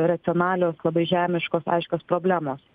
racionalios labai žemiškos aiškios problemos